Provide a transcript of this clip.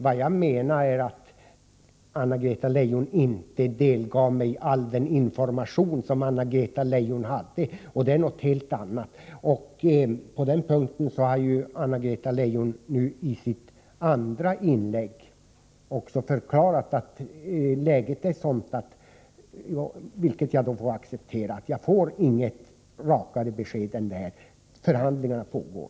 Vad jag menade var att Anna-Greta Leijon inte delgav mig all den information som hon hade tillgänglig, och det är något helt annat. På den punkten har ju Anna-Greta Leijon nu i sitt andra inlägg förklarat att läget är sådant — vilket jag får acceptera — att jag inte kan få något rakare besked än att förhandlingar pågår.